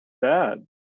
bad